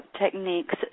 techniques